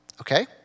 okay